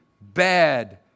bad